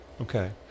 Okay